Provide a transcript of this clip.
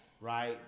Right